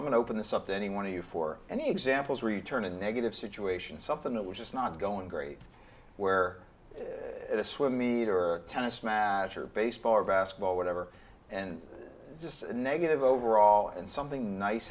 an open this up to any one of you for any examples return in a negative situation something that was just not going great where a swim meet or tennis match or baseball or basketball whatever and just negative overall and something nice